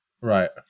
right